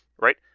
right